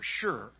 sure